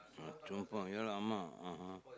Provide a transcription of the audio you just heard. Chong Pang ya lah ஆமா:aamaa (uh huh)